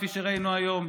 כפי שראינו היום,